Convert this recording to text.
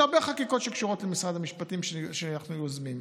יש הרבה חקיקות שקשורות למשרד המשפטים שאנחנו יוזמים.